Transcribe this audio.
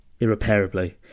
irreparably